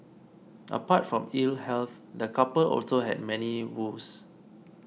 apart from ill health the couple also had money woes